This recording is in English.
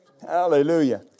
Hallelujah